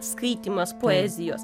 skaitymas poezijos